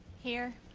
here.